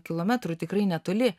kilometrų tikrai netoli